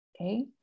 okay